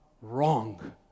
Wrong